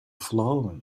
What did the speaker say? flown